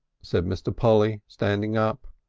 said mr. polly, standing up.